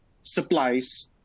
supplies